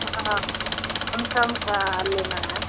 हाँ समसम का लेना है